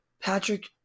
Patrick